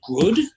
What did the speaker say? good